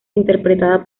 interpretada